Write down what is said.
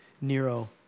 Nero